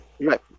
Right